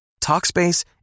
Talkspace